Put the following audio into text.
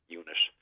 unit